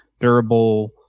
durable